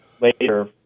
later